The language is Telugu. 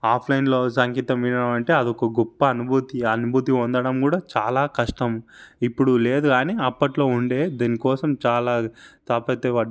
ఆఫ్లైన్లో సంగీతం వినడం అంటే అదొక గొప్ప అనుభూతి అనుభూతి పొందడం కూడ చాలా కష్టం ఇప్పుడు లేదు గానీ అప్పట్లో ఉండే దినికోసం చాలా తాపతయం పడ్డాం